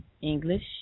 English